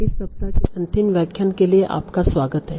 इस सप्ताह के अंतिम व्याख्यान के लिए आपका स्वागत है